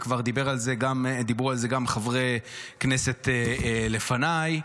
ודיברו על זה גם חברי כנסת לפניי,